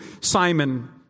Simon